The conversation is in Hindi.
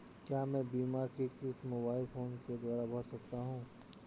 क्या मैं बीमा की किश्त मोबाइल फोन के द्वारा भर सकता हूं?